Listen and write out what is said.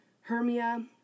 Hermia